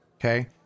okay